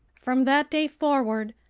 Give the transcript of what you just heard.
from that day forward,